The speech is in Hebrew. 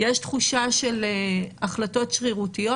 ויש תחושה של החלטות שרירותיות.